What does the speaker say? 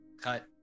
cut